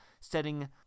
setting